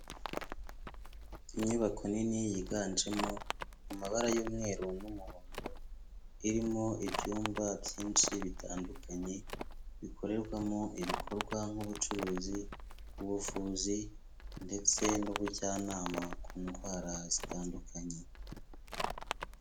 Inyubako nini yiganjemo amabara y'umweru n'umuhondo, irimo ibyumba byinshi bitandukanye, bikorerwamo ibikorwa nk'ubucuruzi, ubuvuzi, ndetse n'ubujyanama ku ndwara zitandukanye.